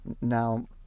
Now